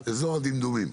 ברור, אזור הדמדומים.